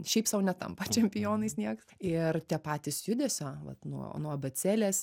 šiaip sau netampa čempionais nieks ir tie patys judesio vat nuo nuo abėcėlės